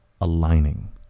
aligning